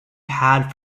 had